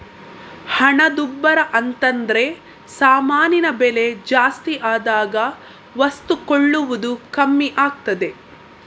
ಹಣದುಬ್ಬರ ಅಂತದ್ರೆ ಸಾಮಾನಿನ ಬೆಲೆ ಜಾಸ್ತಿ ಆದಾಗ ವಸ್ತು ಕೊಳ್ಳುವುದು ಕಮ್ಮಿ ಆಗ್ತದೆ